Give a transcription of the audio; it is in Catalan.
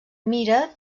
mira